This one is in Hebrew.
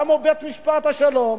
גם בית-משפט השלום.